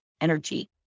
energy